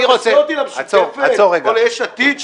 אתה משווה אותי למשותפת או ליש עתיד,